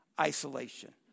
isolation